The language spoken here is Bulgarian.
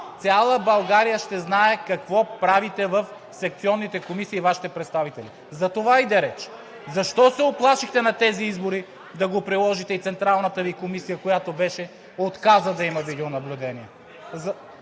цяла България ще знае какво правите в секционните комисии – Вашите представители. За това иде реч. Защо се уплашихте на тези избори да го приложите и Централната Ви комисия, която беше, отказа да има видеонаблюдение,